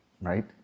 right